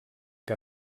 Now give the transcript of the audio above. que